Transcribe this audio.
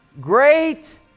Great